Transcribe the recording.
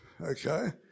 Okay